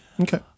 Okay